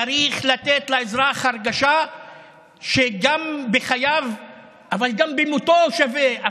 צריך לתת לאזרח הרגשה שגם בחייו אבל גם במותו הוא שווה.